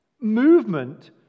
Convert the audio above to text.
movement